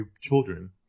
children